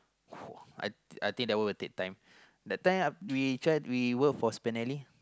I I did that were deep time that time we chat we work for spinelli